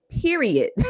period